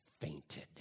fainted